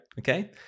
Okay